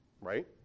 Right